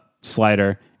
slider